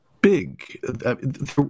big